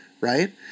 right